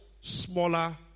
Smaller